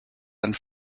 and